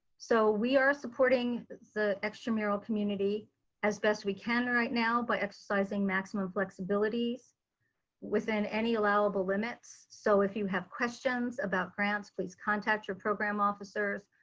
so, we are supporting the extramural community as best we can right now by exercising maximum flexibilities within any allowable limits. so if you have questions about grants please contact your program officer.